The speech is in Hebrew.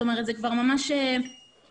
זה כבר ממש אקסיומה.